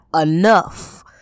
enough